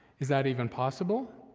is that even possible?